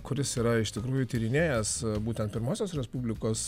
kuris yra iš tikrųjų tyrinėjęs būtent pirmosios respublikos